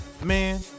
Man